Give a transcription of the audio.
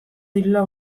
direla